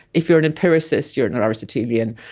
if you are an empiricist you are an aristotelian,